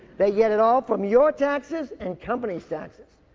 they get it all from your taxes and companies taxes,